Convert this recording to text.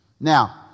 Now